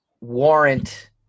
warrant